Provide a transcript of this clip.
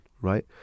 right